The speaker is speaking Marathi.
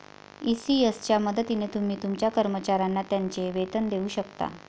ई.सी.एस च्या मदतीने तुम्ही तुमच्या कर्मचाऱ्यांना त्यांचे वेतन देऊ शकता